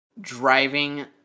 driving